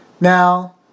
Now